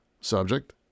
Subject